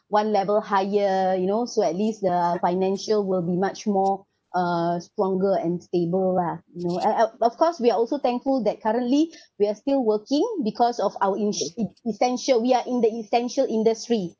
one level higher you know so at least the financial will be much more uh stronger and stable lah you know I l of course we are also thankful that currently we are still working because of our es~ e~ essential we are in the essential industry